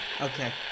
okay